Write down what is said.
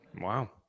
Wow